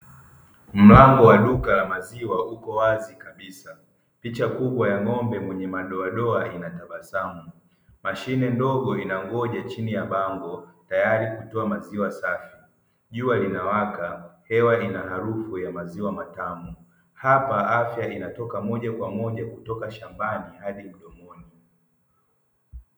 Mlango wa duka la maziwa upo wazi kabisa, picha kubwa ya ng'ombe mwenye madoa madoa ina tabasamu mashine ndogo inangoja chini ya bango. Tayari kutoa maziwa safi jua lina waka na hewa ina harufu ya maziwa matamu, hapa afya inatoka moja kwa moja kutoka shambani.